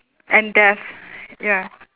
and death ya